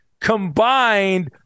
combined